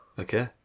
Okay